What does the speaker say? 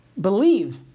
believe